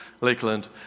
Lakeland